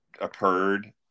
occurred